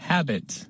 Habit